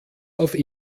auf